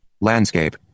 Landscape